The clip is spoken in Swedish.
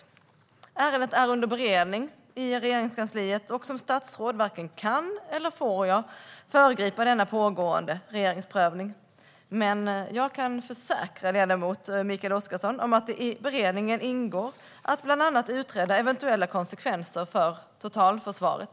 Ärendet är under beredning i Regeringskansliet, och som statsråd varken kan eller får jag föregripa denna pågående regeringsprövning. Men jag kan försäkra Mikael Oscarsson om att det i beredningen ingår att bland annat utreda eventuella konsekvenser för totalförsvaret.